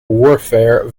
warfare